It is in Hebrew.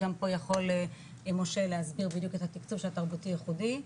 גם פה יכול משה להסביר בדיוק את התקצוב של התרבותי ייחודי,